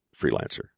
freelancer